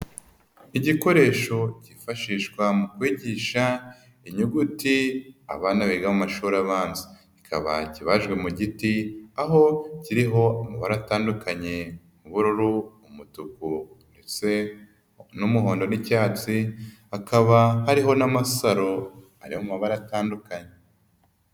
Igikoresho cyifashishwa mu kwigisha inyuguti abana biga mu amashuri abanza, kikaba kibajwe mu giti aho kiriho amabara atandukanye ubururu, umutuku ndetse n'umuhodo n'icyatsi, hakaba hariho n'amasaro ari mu mabara atandukanye.